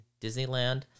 Disneyland